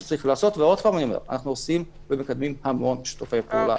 אנחנו עושים ומקדמים המון שיתופי פעולה.